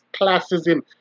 classism